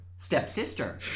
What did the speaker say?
Stepsister